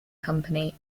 company